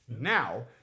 Now